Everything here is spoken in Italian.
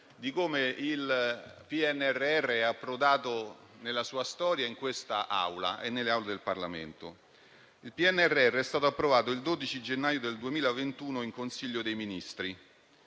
come il PNRR è approdato nella sua storia in quest'Aula e in genere nelle Aule del Parlamento. Il PNRR è stato approvato il 12 gennaio 2021 in Consiglio dei ministri